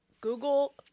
google